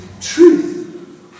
Truth